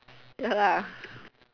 ya lah